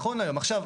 עכשיו,